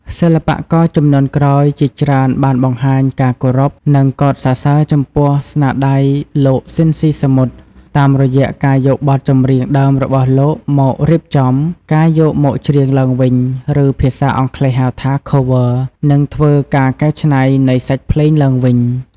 សិល្បករជំនាន់ក្រោយជាច្រើនបានបង្ហាញការគោរព និងកោតសរសើរចំពោះស្នាដៃលោក ស៊ីន ស៊ីសាមុត តាមរយៈការយកបទចម្រៀងដើមរបស់លោកមករៀបចំ ការយកមកច្រៀងឡើងវិញ ឬភាសាអង់គ្លេស ហៅថា Cover និងធ្វើ ការកែច្នៃនៃសាច់ភ្លេងឡើងវិញ ។